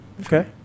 Okay